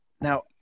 Now